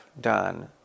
done